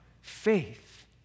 faith